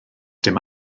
dim